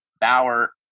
Bauer